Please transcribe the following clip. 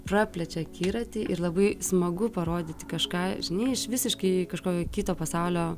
praplečia akiratį ir labai smagu parodyti kažką žinai iš visiškai kažkokio kito pasaulio